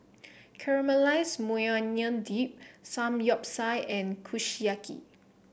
Caramelized Maui Onion Dip Samgeyopsal and Kushiyaki